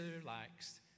relaxed